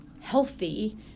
healthy